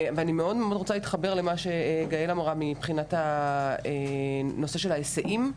אני מאוד רוצה להתחבר למה שגאל אמרה מבחינת הנושא ההיסעים,